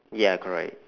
ya correct